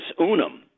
unum